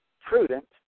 prudent